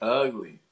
ugly